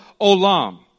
Olam